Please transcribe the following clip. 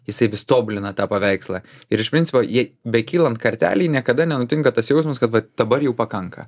jisai vis tobulina tą paveikslą ir iš principo jei bekylant kartelei niekada nenutinka tas jausmas kad vat dabar jau pakanka